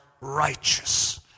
righteous